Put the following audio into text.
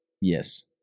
Yes